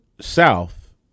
south